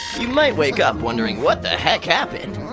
you might wake up wondering what the heck happened?